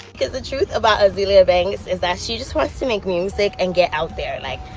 cause the truth about azealia banks is that she just wants to make music and get out there, like,